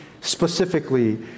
specifically